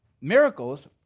miracles